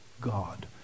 God